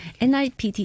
NIPT